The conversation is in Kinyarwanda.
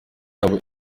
yabo